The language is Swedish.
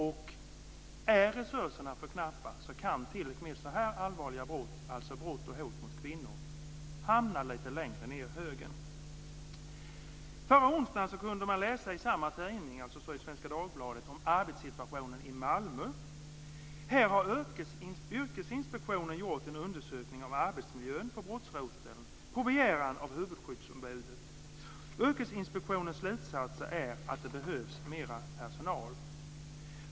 Om resurserna är för knappa kan t.o.m. så här allvarliga brott, dvs. brott och hot mot kvinnor, hamna lite längre ned i högen. Förra onsdagen kunde man läsa i samma tidning, dvs. Sydsvenska Dagbladet, om arbetssituationen i Malmö. Här har Yrkesinspektionen gjort en undersökning av arbetsmiljön på brottsroteln på begäran av huvudskyddsombudet. Yrkesinspektionens slutsats är att det behövs mer personal.